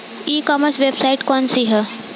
ई commerce website कौन सी है?